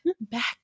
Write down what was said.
back